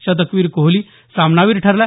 शतकवीर कोहली सामनावीर ठरला